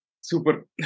Super